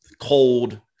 cold